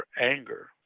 anger